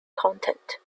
content